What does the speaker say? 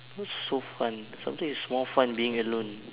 what's so fun something is more fun being alone